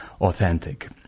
authentic